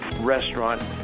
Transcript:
restaurant